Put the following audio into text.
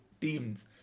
teams